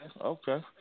Okay